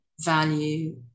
value